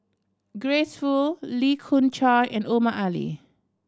Grace Fu Lee Khoon Choy and Omar Ali